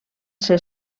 ser